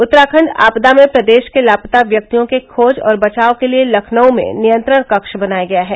उत्तराखंड आपदा में प्रदेश के लापता व्यक्तियों के खोज और बचाव के लिए लखनऊ में नियंत्रण कक्ष बनाया गया है